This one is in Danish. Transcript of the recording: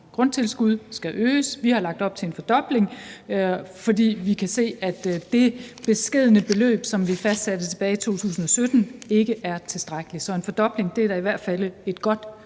grundtilskud skal øges. Vi har lagt op til en fordobling, fordi vi kan se, at det beskedne beløb, som vi fastsatte tilbage i 2017, ikke er tilstrækkeligt, så en fordobling er da i hvert fald et godt